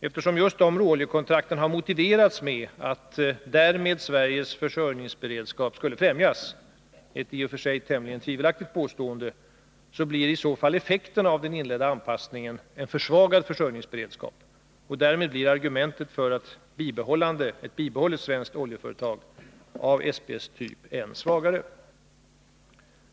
Eftersom just dessa råoljekontrakt motiverats med att därmed Sveriges försörjningsberedskap skulle främjas — ett i och för sig tvivelaktigt påstående - blir i så fall effekten av den inledda anpassningen en försvagad försörjningsberedskap. Därmed blir argumentet för ett bibehållande av ett svenskt oljeföretag av SP:s typ än svagare.